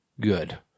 good